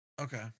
Okay